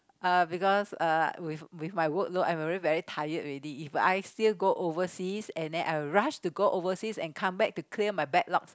uh because uh with with my workload I'm already very tired already if I still go overseas and then I'll rush to go overseas and come back to clear my backlog